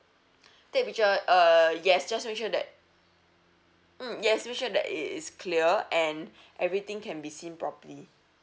take picture uh yes just make sure that mm yes make sure that it is clear and everything can be seen properly